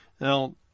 Now